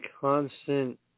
constant